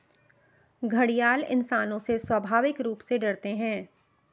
घड़ियाल इंसानों से स्वाभाविक रूप से डरते है